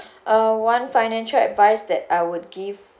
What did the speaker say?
uh one financial advice that I would give